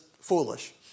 foolish